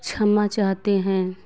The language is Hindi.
क्षमा चाहते हैं